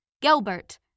Gilbert